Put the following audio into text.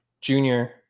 Junior